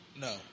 no